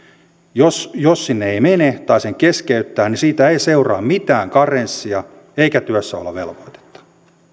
jos jos sinne ei mene tai sen keskeyttää niin siitä ei seuraa mitään karenssia eikä työssäolovelvoitetta